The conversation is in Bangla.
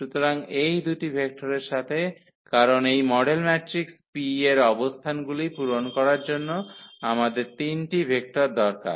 সুতরাং এই দুটি ভেক্টরের সাথে কারণ এই মডেল ম্যাট্রিক্স P এর অবস্থানগুলি পূরণ করার জন্য আমাদের তিনটি ভেক্টর দরকার